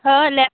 हय लेपो